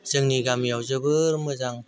जोंनि गामियाव जोबोद मोजां